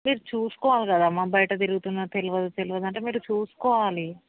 మీరు చూసుకోవాలి కాదమ్మా బయట తిరుగుతున్నాడు తెలియదు తెలియదు అంటే మీరు చూసుకోవాలి